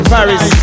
Paris